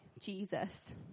Jesus